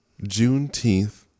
Juneteenth